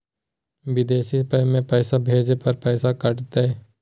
बिदेशवा मे पैसवा भेजे पर पैसों कट तय?